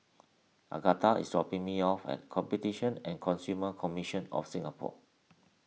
Agatha is dropping me off at Competition and Consumer Commission of Singapore